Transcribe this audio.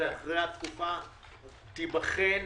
ואחרי התקופה יבחן